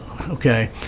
okay